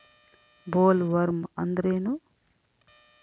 Bollworm ಅಂದ್ರೇನು?